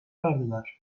verdiler